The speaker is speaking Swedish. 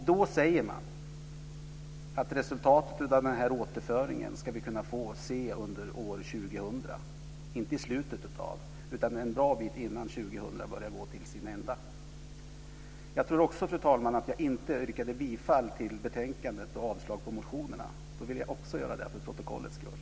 Då sade man att resultatet av återföringen ska vi kunna få se under år 2000, inte i slutet utan en bra bit innan 2000 börjar gå till ända. Jag tror också, fru talman, att jag inte yrkade bifall till betänkandet och avslag på motionerna. Det vill jag göra för protokollets skull.